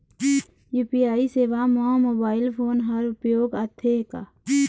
UPI सेवा म mobile phone हर उपयोग आथे का?